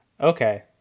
Okay